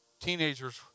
teenagers